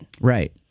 right